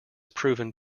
proven